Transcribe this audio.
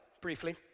briefly